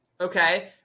Okay